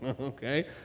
okay